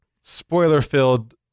spoiler-filled